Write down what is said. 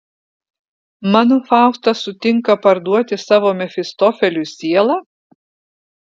mano faustas sutinka parduoti savo mefistofeliui sielą